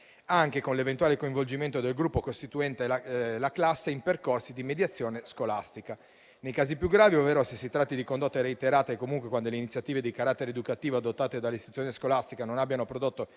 anche con l'eventuale coinvolgimento del gruppo costituente la classe in percorsi di mediazione scolastica. Nei casi più gravi, ovvero se si tratti di condotte reiterate e comunque quando le iniziative di carattere educativo adottate dall'istituzione scolastica non abbiano prodotto